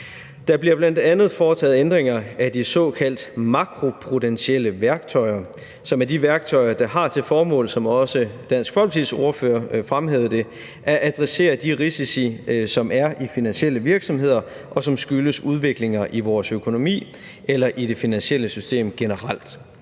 Der bliver bl.a. foretaget ændringer af de såkaldt makroprudentielle værktøjer, som er de værktøjer, der har til formål, som også Dansk Folkepartis ordfører fremhævede, at adressere de risici, som er i finansielle virksomheder, og som skyldes udviklinger i vores økonomi eller i det finansielle system generelt.